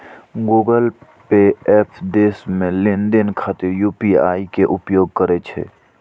Google pay app देश मे लेनदेन खातिर यू.पी.आई के उपयोग करै छै